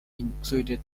included